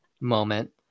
moment